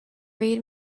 read